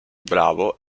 bravo